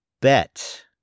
bet